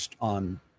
on